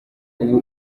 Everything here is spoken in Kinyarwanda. ubu